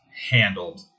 handled